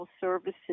services